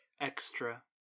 Extra